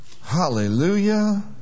hallelujah